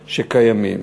שקיימים.